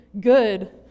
good